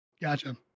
Gotcha